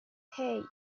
hey